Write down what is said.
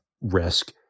risk